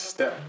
Step